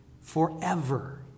forever